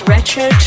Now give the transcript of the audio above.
Retro